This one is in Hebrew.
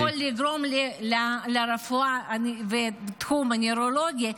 -- יכול לתרום לרפואה מתקדמת יותר בתחום הנוירולוגי,